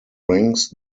rings